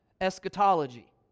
eschatology